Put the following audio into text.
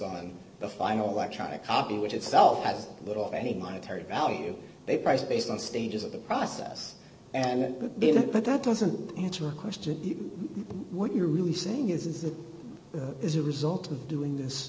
on the final electronic copy which itself has little of any monetary value they priced based on stages of the process and it could be but that doesn't answer the question what you're really saying is is that as a result of doing this